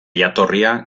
jatorria